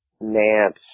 Nance